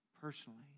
personally